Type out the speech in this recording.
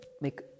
make